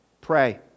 pray